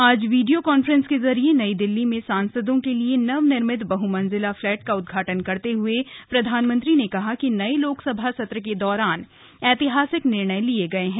आज video conference के जरिए नई दिल्ली में सांसदों के लिए नवनिर्मित बहमंजिला फ्लैट का उदघाटन करते हुए प्रधानमंत्री ने कहा कि नई लोकसभा सत्र के दौरान ऐतिहासिक निर्णय लिए गए हैं